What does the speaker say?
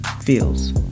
feels